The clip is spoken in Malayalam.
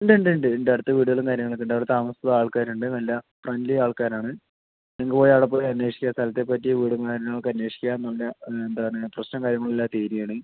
ഉണ്ട് ഉണ്ട് ഉണ്ട് ഉണ്ട് അടുത്ത് വീടുകളും കാര്യങ്ങളുമൊക്കെ ഉണ്ട് അവിടെ താമസത്തിന് ആൾക്കാര് ഉണ്ട് നല്ല ഫ്രണ്ട്ലീ ആൾക്കാരാണ് നിങ്ങൾക്ക് പോയി അവിടെ പോയി അന്വേഷിക്കാം സ്ഥലത്തെ പറ്റി വീടും കാര്യങ്ങളൊക്കെ അന്വേഷിക്കാം എന്താണ് പ്രശ്നവും കാര്യങ്ങളൊന്നും ഇല്ലാത്ത ഏരിയ ആണ്